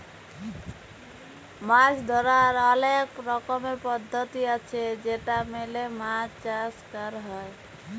মাছ ধরার অলেক রকমের পদ্ধতি আছে যেটা মেলে মাছ চাষ ক্যর হ্যয়